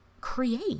create